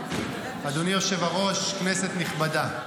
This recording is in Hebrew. אדוני היושב-ראש, כנסת נכבדה,